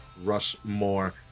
Rushmore